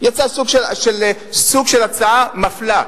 יצא סוג של הצעה מפלה.